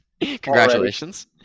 Congratulations